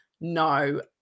no